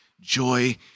joy